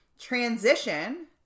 Transition